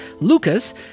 Lucas